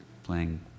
Playing